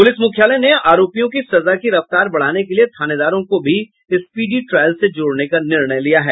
police मुख्यालय ने आरोपियों की सजा की रफ्तार बढ़ाने के लिये थानेदारों को भी स्पीडी ट्रायल से जोड़ने का निर्णय लिया है